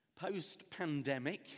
Post-pandemic